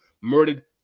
murdered